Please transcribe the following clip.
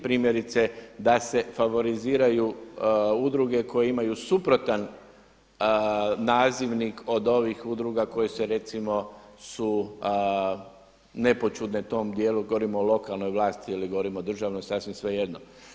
Primjerice da se favoriziraju udruge koje imaju suprotan nazivnik od ovih udruga koje se recimo su … tom dijelu, govorim o lokalnoj vlasti ili govorimo o državnoj sasvim svejedno.